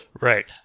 Right